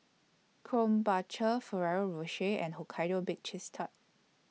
Krombacher Ferrero Rocher and Hokkaido Baked Cheese Tart